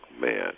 man